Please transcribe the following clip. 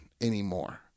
anymore